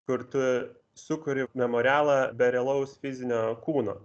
kur tu sukuri memorialą be realaus fizinio kūno